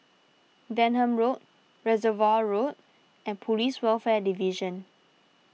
Denham Road Reservoir Road and Police Welfare Division